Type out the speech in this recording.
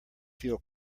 feel